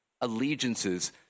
allegiances